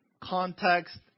context